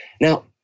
Now